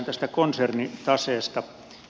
tästä konsernitaseesta